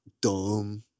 dumb